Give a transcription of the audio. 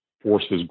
forces